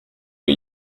que